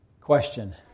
Question